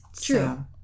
True